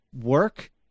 work